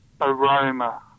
aroma